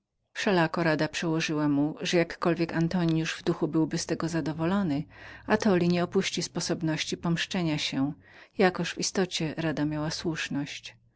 wszelako rada przełożyła mu że jakkolwiek antoniusz w duchu byłby z tego zadowolonym atoli nie opuści sposobności pomszczenia się jakoż w istocie rada miała słuszność